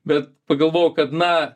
bet pagalvojau kad na